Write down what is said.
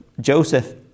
Joseph